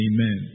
Amen